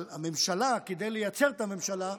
אבל הממשלה, כדי לייצר את הממשלה,